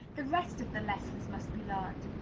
the rest of the lessons must be learned.